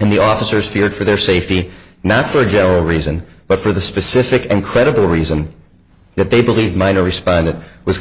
and the officers feared for their safety not for general reason but for the specific and credible reason that they believe might have responded with